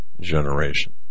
generation